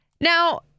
Now